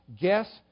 Guess